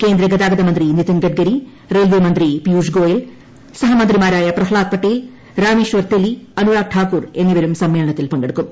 കേന്ദ്ര ഗതാഗത മന്ത്രി നിതിൻ ഗഡ്കരി റെയിൽവേ മന്ത്രി പീയുഷ് ഗോയൽ സഹമന്ത്രിമാരായ പ്രഹ്ലാദ് പട്ടേൽ രാമേശ്വർ തെലി അനുരാഗ് താക്കൂർ എന്നിവരും സമ്മേളനത്തിൽ പങ്കെടുക്കും